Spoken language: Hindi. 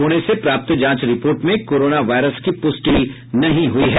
पुणे से प्राप्त जांच रिपोर्ट में कोरोना वायरस की पुष्टि नहीं हुई है